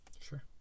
Sure